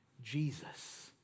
Jesus